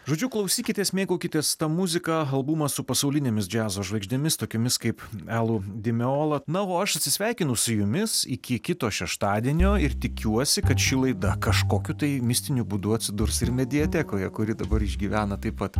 žodžiu klausykitės mėgaukitės ta muzika albumas su pasaulinėmis džiazo žvaigždėmis tokiomis kaip elu dimeola na o aš atsisveikinu su jumis iki kito šeštadienio ir tikiuosi kad ši laida kažkokiu tai mistiniu būdu atsidurs ir mediatekoje kuri dabar išgyvena taip pat